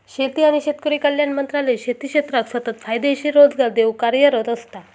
शेती आणि शेतकरी कल्याण मंत्रालय शेती क्षेत्राक सतत फायदेशीर रोजगार देऊक कार्यरत असता